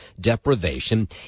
deprivation